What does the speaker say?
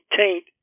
taint